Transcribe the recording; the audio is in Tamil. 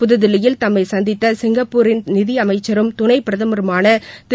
புதுதில்லியில் தம்மை சந்தித்த சிங்கப்பூரின் நிதியமைச்சரும் துணை பிரதமருமான திரு